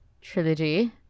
trilogy